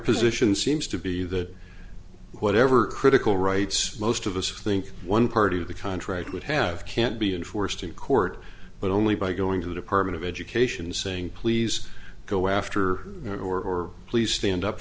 position seems to be that whatever critical rights most of us think one part of the contract would have can't be enforced in court but only by going to the department of education saying please go after or please stand up